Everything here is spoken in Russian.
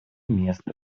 место